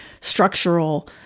structural